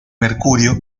mercurio